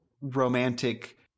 romantic